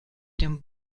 dem